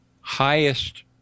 highest